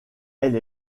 elle